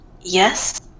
Yes